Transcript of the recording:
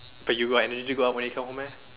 but you got energy to go out when you come home meh